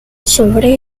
sobre